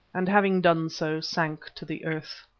and having done so sank to the earth.